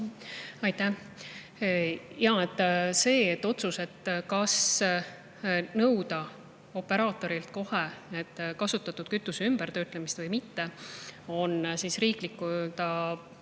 Aitäh! Jaa, see otsus, kas nõuda operaatorilt kohe kasutatud kütuse ümbertöötlemist või mitte, on riikliku